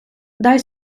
дай